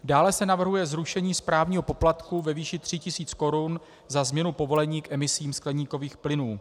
Dále se navrhuje zrušení správního poplatku ve výši 3 000 korun za změnu povolení k emisím skleníkových plynů.